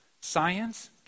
Science